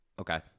Okay